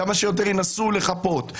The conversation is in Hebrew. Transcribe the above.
כמה שיותר ינסו לחפות,